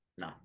no